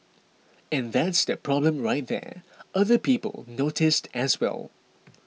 and that's the problem right there other people noticed as well